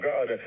God